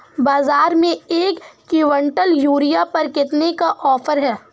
बाज़ार में एक किवंटल यूरिया पर कितने का ऑफ़र है?